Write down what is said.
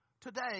Today